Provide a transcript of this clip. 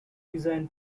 design